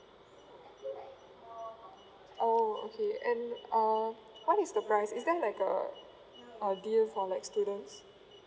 oh okay and uh what is the price is there like a a deal for like students